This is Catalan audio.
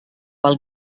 pel